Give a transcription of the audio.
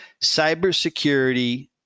cybersecurity